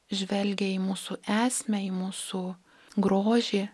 žvelgia į mūsų esmę į mūsų grožį